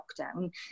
lockdown